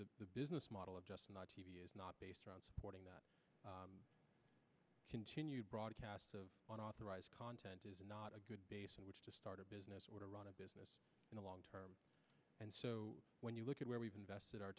the business model of just not t v is not based around supporting the continued broadcast of authorized content is not a good base in which to start a business or to run a business in the long term and so when you look at where we've invested our